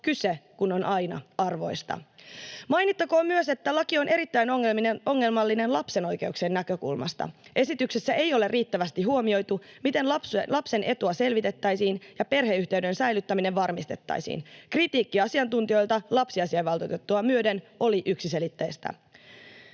kyse kun on aina arvoista. Mainittakoon myös, että laki on erittäin ongelmallinen lapsen oikeuksien näkökulmasta. Esityksessä ei ole riittävästi huomioitu, miten lapsen etua selvitettäisiin ja perheyhteyden säilyttäminen varmistettaisiin. Kritiikki asiantuntijoilta lapsiasiavaltuutettua myöden oli yksiselitteistä.